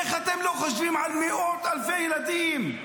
איך אתם לא חושבים על מאות אלפי ילדים?